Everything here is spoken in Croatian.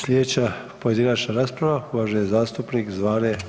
Slijedeća pojedinačna rasprava uvaženi zastupnik Zvane